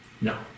No